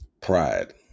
Pride